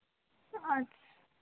और